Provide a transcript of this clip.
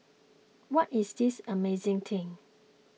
what is this amazing thing